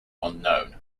unknown